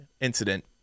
incident